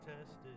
tested